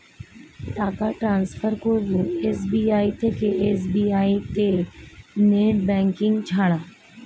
টাকা টান্সফার করব এস.বি.আই থেকে এস.বি.আই তে নেট ব্যাঙ্কিং ছাড়া?